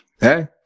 Hey